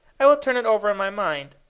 i will turn it over in my mind.